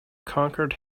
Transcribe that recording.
conquered